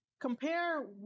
compare